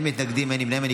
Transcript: מתנגדים, אין נמנעים.